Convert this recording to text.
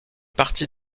partie